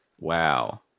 wow